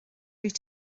wyt